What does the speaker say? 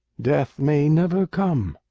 death may never come.